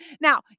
Now